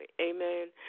Amen